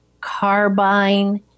Carbine